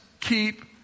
keep